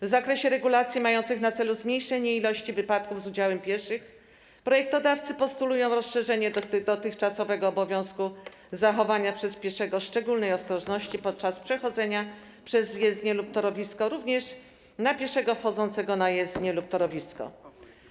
W zakresie regulacji mających na celu zmniejszenie liczby wypadków z udziałem pieszych projektodawcy postulują rozszerzenie dotychczasowego obowiązku zachowania przez pieszego szczególnej ostrożności podczas przechodzenia przez jezdnię lub torowisko również na pieszego wchodzącego na jezdnię lub torowisko.